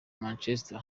manchester